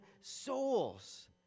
souls